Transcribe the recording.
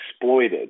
exploited